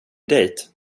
dejt